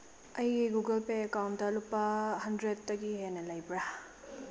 ꯑꯩꯒꯤ Google Pay ꯑꯦꯀꯥꯎꯟꯗ ꯂꯨꯄꯥ ꯍꯟꯗ꯭ꯔꯦꯠꯇꯒꯤ ꯍꯦꯟꯅ ꯂꯩꯕ꯭ꯔꯥ